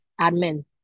admin